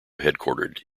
headquartered